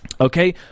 Okay